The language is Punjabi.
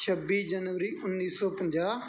ਛੱਬੀ ਜਨਵਰੀ ਉੱਨੀ ਸੌ ਪੰਜਾਹ